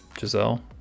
Giselle